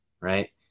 right